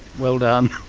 well done.